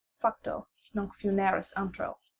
fracto nunc funeris antro,